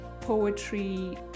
poetry